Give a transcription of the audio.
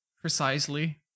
precisely